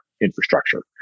infrastructure